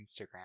Instagram